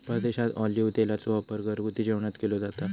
परदेशात ऑलिव्ह तेलाचो वापर घरगुती जेवणात केलो जाता